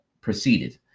proceeded